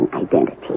identity